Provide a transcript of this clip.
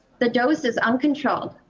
the dose is uncontrolled.